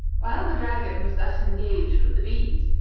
while the dragon was thus engaged with the bees,